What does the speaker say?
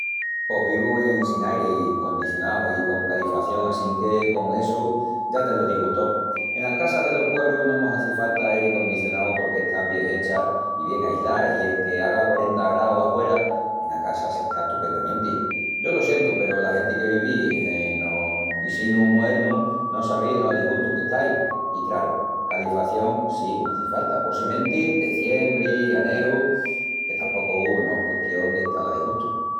Pos vivu en sin airi condicionau i con califación assinque con essu ya te lo digu tó. Enas casas delos puebrus no mos hazi falta airi condicionau porque están bien hechas i bien aislás i enque haga quarenta graus ahuera, ena casa s'está estupendamenti. Yo lo sientu peru la genti que vivis enos pisinus moernus no sabís lo a disgustu que estais. I craru, califación sí mos hazi falta, possimenti deziembri i aneru, que tapocu no es custión d'estal a disgustu.